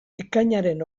ekainaren